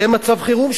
יהיה מצב חירום,